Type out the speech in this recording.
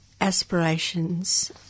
aspirations